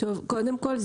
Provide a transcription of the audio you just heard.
קודם כול,